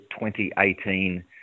2018